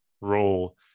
role